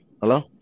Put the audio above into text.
hello